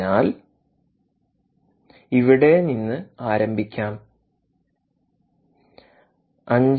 അതിനാൽ ഇവിടെ നിന്ന് ആരംഭിക്കാം5